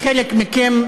חלק מכם,